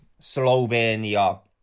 Slovenia